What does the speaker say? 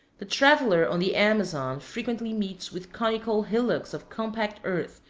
the traveler on the amazon frequently meets with conical hillocks of compact earth,